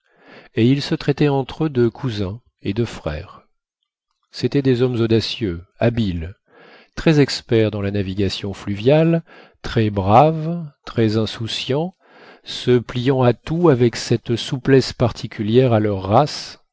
et ils se traitaient entre eux de cousins et de frères c'étaient des hommes audacieux habiles très experts dans la navigation fluviale très braves très insouciants se pliant à tout avec cette souplesse particulière à leur race